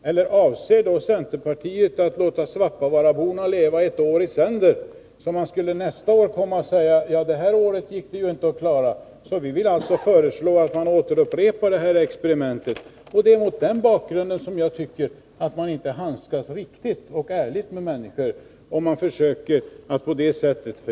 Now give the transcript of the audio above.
Eller avser centerpartiet att låta svappavaaraborna leva ett år i sänder och kanske nästa år komma och säga: Det här året gick inte att klara, och vi föreslår att man återupprepar experimentet? Jag tycker att man inte handskas riktigt och ärligt med människor om man agerar på det sättet.